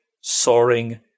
soaring